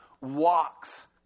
walks